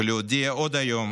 ולהודיע עוד היום